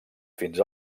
fins